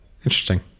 Interesting